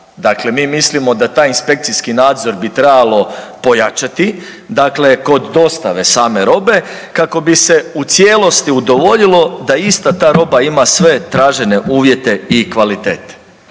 dakle mi mislimo da taj inspekciji nadzor bi trebalo pojačati, dakle kod dostave same robe kako bi se u cijelosti udovoljilo da ista ta roba ima sve tražene uvjete i kvalitete.